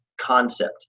concept